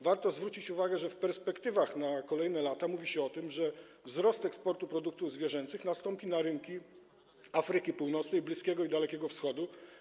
Warto zwrócić uwagę, że w perspektywach na kolejne lata mówi się o tym, że wzrost eksportu produktów zwierzęcych nastąpi na rynki Afryki Północnej, Bliskiego i Dalekiego Wschodu.